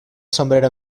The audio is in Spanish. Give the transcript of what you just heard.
sombrero